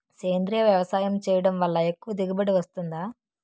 సేంద్రీయ వ్యవసాయం చేయడం వల్ల ఎక్కువ దిగుబడి వస్తుందా?